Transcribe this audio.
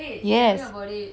yes